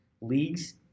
leagues